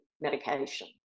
medication